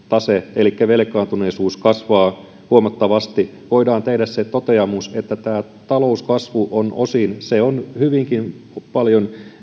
tase muuttuu elikkä velkaantuneisuus kasvaa huomattavasti voidaan tehdä se toteamus että tämä talouskasvu on hyvinkin paljon